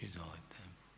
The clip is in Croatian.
Izvolite.